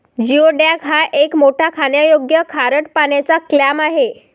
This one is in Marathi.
जिओडॅक हा एक मोठा खाण्यायोग्य खारट पाण्याचा क्लॅम आहे